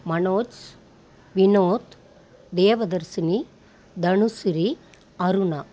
Manoj Vinod Devadarshini Dhanushree Aruna